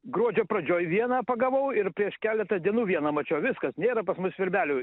gruodžio pradžioj vieną pagavau ir prieš keletą dienų vieną mačiau viskas nėra pas mus svirbelių